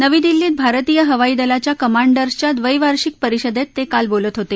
नवी दिल्लीत भारतीय हवाई दलाच्या कमांडर्सच्या द्वैवार्षिक परिषदेत ते काल बोलत होते